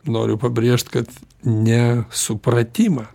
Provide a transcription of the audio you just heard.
noriu pabrėžt kad ne supratimą